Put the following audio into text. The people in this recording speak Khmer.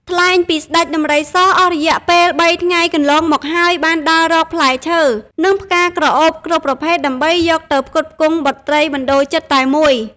ថ្លែងពីស្តេចដំរីស អស់រយៈពេលបីថ្ងៃកន្លងមកហើយ បានដើររកផ្លែឈើ និងផ្កាក្រអូបគ្រប់ប្រភេទដើម្បីយកទៅផ្គត់ផ្គង់បុត្រីបណ្តូលចិត្តតែមួយ ។